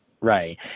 right